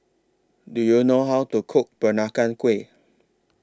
Do YOU know How to Cook Peranakan Kueh